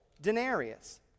denarius